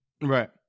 Right